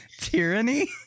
Tyranny